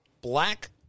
Black